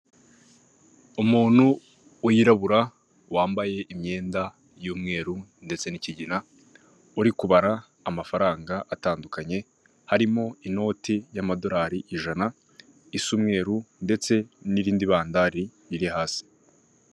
Umuntu wirabura wambaye imyenda y'umweru ndetse n'ikigina, uri kubara amafaranga atandukanye, harimo inoti y'amadorari ijana isa umweru ndetse n'irindi bandari iri hasi.